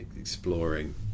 Exploring